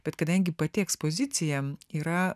bet kadangi pati ekspozicija yra